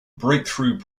breakthrough